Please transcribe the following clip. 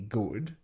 good